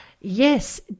yes